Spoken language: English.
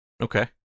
Okay